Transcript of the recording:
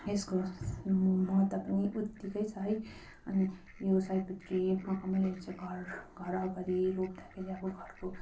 यसको म महत्त्व पनि उत्तिकै छ है अनि यो सयपत्री मखमली जुन चाहिँ घर घर अगाडि रोप्दाखेरि अब घरको